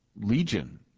Legion